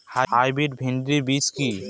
Hybrid ভীন্ডি বীজ কি?